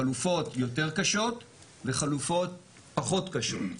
חלופות יותר קשות וחלופות פחות קשות.